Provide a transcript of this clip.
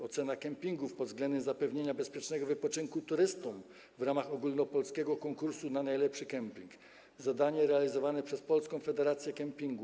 Ocena campingów pod względem zapewnienia bezpiecznego wypoczynku turystom w ramach ogólnopolskiego konkursu na najlepszy camping to zadanie realizowane przez polską federację campingu.